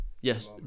Yes